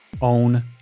own